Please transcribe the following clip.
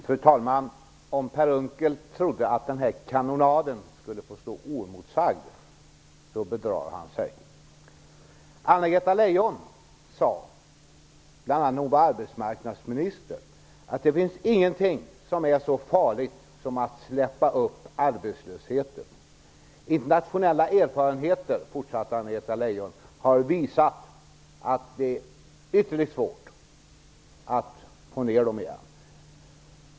Fru talman! Om Per Unckel trodde att den här kanonaden skulle få stå oemotsagd bedrog han sig. Anna-Greta Leijon sade när hon var arbetsmarknadsminister att det inte finns någonting som är så farligt som att släppa upp arbetslösheten. Internationella erfarenheter, fortsatte Anna-Greta Leijon, har visat att det är ytterligt svårt att få ned den igen.